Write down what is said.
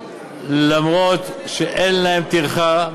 אף שאין להם טרחה,